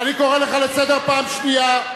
אני קורא אותך לסדר פעם שנייה.